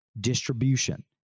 distribution